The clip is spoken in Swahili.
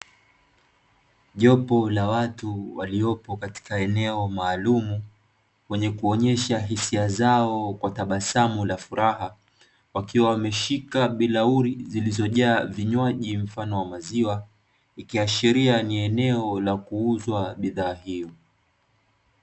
Jopo la watu walioko katika eneo maalumu, wenye kuonyesha hisia zao kwa tabasamu la furaha, wakiwa wameshika bilauri zilizojaa vinywaji mfano wa maziwa, ikiashiria ni eneo la kuuzwa bidhaa hiyo.